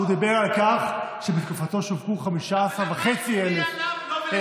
הוא דיבר על כך שבתקופתו שֻׁווקו 15,500 בהגרלה.